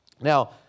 Now